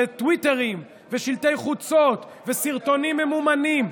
וטוויטרים ושלטי חוצות וסרטונים ממומנים.